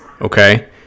okay